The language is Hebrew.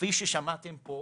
כפי ששמעתם כאן,